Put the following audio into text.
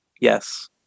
Yes